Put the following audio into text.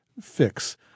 fix